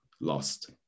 lost